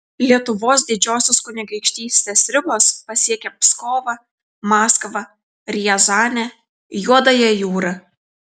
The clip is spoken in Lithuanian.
lietuvos didžiosios kunigaikštystės ribos pasiekė pskovą maskvą riazanę juodąją jūrą